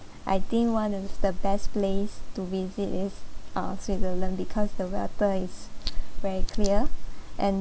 I think one of the best place to visit is uh switzerland because the water is very clear and